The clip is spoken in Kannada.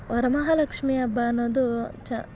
ವರಮಹಾಲಕ್ಷ್ಮಿ ಹಬ್ಬ ಅನ್ನೋದು ಚ